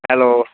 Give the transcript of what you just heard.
hello